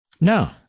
No